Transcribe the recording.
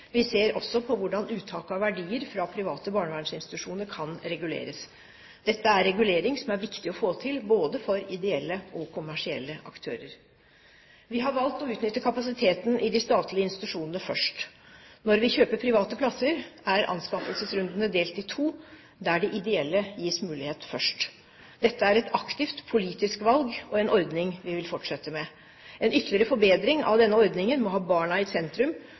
Vi ser også på hvordan uttak av verdier fra private barnevernsinstitusjoner kan reguleres. Dette er regulering som er viktig å få til, både for ideelle og kommersielle aktører. Vi har valgt å utnytte kapasiteten i de statlige institusjonene først. Når vi kjøper private plasser, er anskaffelsesrundene delt i to, der de ideelle gis mulighet først. Dette er et aktivt politisk valg og en ordning vi vil fortsette med. En ytterligere forbedring av denne ordningen må ha barna i sentrum